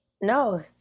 No